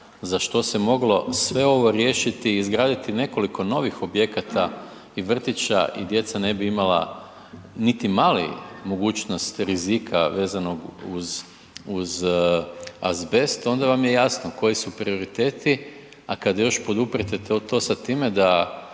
za što se moglo sve ovo riješiti i izgraditi nekoliko novih objekata i vrtića i djeca ne bi imala niti mali mogućnost rizika vezano uz azbest onda vam je jasno koji su prioriteti. A kada još poduprijete to sa time da